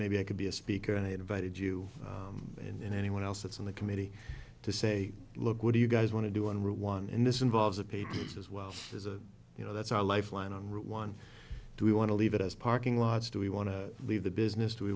maybe i could be a speaker and i invited you and anyone else that's on the committee to say look what do you guys want to do on route one and this involves a patriot's as well as a you know that's our lifeline on route one do we want to leave it as parking lots do we want to leave the business